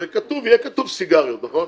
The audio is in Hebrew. הרי יהיה כתוב סיגריות, נכון?